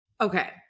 Okay